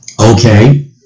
okay